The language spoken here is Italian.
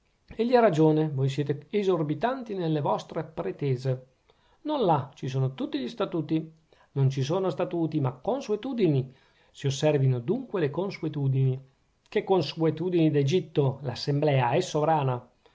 natale egli ha ragione voi siete esorbitanti nelle vostre pretese non l'ha ci sono gli statuti non ci sono statuti ma consuetudini si osservino dunque le consuetudini che consuetudini d'egitto l'assemblea è sovrana